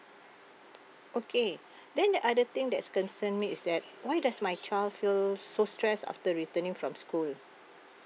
okay then other thing that's concern me is that why does my child feel so stress after returning from school